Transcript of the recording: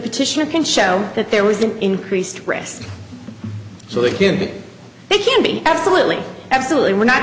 petitioner can show that there was an increased risk so they give it they can be absolutely absolutely we're not